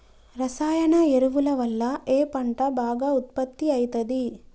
రసాయన ఎరువుల వల్ల ఏ పంట బాగా ఉత్పత్తి అయితది?